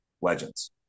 Legends